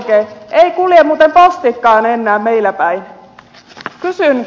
ei kulje muuten postikaan enää meillä päin